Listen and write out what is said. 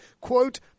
quote